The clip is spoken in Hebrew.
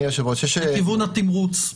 כיוון התמרוץ.